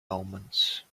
omens